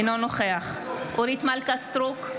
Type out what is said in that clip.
אינו נוכח אורית מלכה סטרוק,